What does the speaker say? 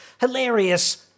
hilarious